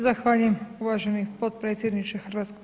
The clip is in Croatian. Zahvaljujem uvaženi potpredsjedniče HS.